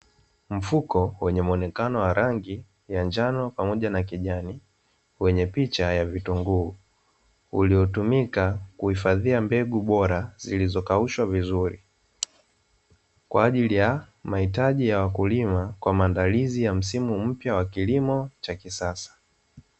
Mfuko wenye muonekano wa rangi ya njano pamoja na kijani wenye picha ya vitunguu, uliotumika kuhifadhia mbegu bora zilizokaushwa vizuri kwa ajili ya mahitaji ya wakulima kwa maandalizi ya msimu mpya wa kilimo cha kisasa.